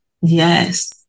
Yes